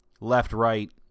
left-right